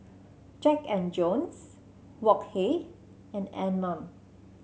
Jack And Jones Wok Hey and Anmum